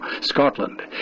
Scotland